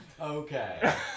Okay